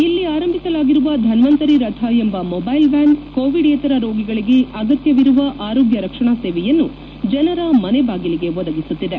ಇಲ್ಲಿ ಆರಂಭಿಸಲಾಗಿರುವ ಧನ್ವಂತರಿ ರಥ ಎಂಬ ಮೊಬೈಲ್ ವ್ಹಾನ್ ಕೋವಿಡ್ ಯೇತರ ರೋಗಿಗಳಿಗೆ ಅಗತ್ಯವಿರುವ ಆರೋಗ್ಲ ರಕ್ಷಣಾ ಸೇವೆಯನ್ನು ಜನರ ಮನೆಬಾಗಿಲಿಗೆ ಒದಗಿಸುತ್ತಿದೆ